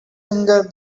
finger